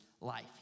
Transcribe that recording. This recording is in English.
life